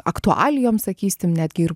aktualijom sakysim netgi ir